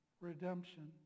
redemption